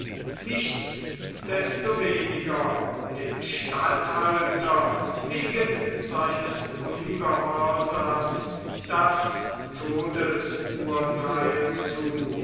sandte nichtsdestoweniger dem statthalter wegen seines ungehorsams das todesurteil zu